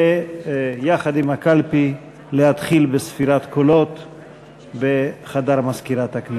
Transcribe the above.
ויחד עם הקלפי ללכת להתחיל בספירת קולות בחדר מזכירת הכנסת.